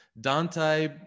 Dante